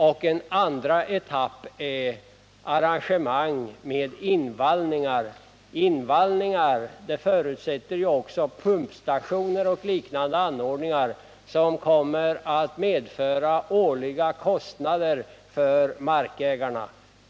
Den andra etappen avser arrangemang med invallningar, vilka förutsätter pumpstationer och liknande anordningar som medför årliga kostnader för markägarna.